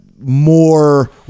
more